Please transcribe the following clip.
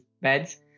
beds